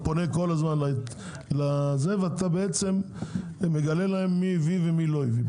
פונים ליבואן ומגלה להם מי הביא ומי לא הביא.